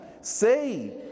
Say